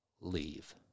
leave